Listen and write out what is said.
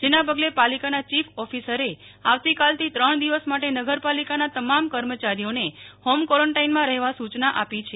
જેના પગલે પાલિકાના ચીફ ઓફિસરે આવતીકાલથી ત્રણ દિવસ માટે નગરપાલિકાના તમામ કર્મચારીઓને હોમ ક્વોરન્ટાઈનમાં રહેવા સૂચના આપી છે